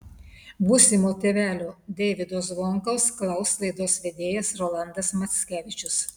būsimo tėvelio deivydo zvonkaus klaus laidos vedėjas rolandas mackevičius